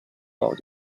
podio